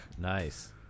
Nice